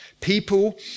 People